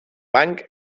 banc